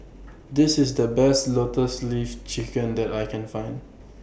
This IS The Best Lotus Leaf Chicken that I Can Find